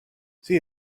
sie